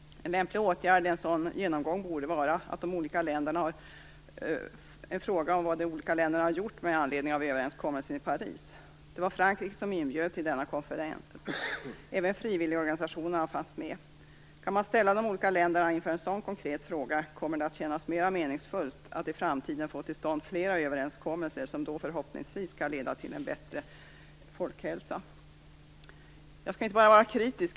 En lämplig åtgärd i en sådan genomgång borde vara att ta upp frågan om vad de olika länderna har gjort med anledning av överenskommelsen i Paris. Det var Frankrike som inbjöd till denna konferens. Även frivilligorganisationerna fanns med. Kan man ställa de olika länderna inför en sådan konkret fråga kommer det att kännas mera meningsfullt att i framtiden få till stånd flera överenskommelser, som då förhoppningsvis skall leda till en bättre folkhälsa. Jag skall inte bara vara kritisk.